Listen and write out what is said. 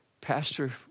Pastor